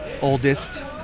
oldest